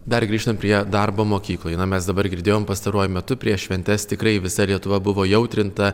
dar grįžtam prie darbo mokykloj na mes dabar girdėjom pastaruoju metu prieš šventes tikrai visa lietuva buvo įaudrinta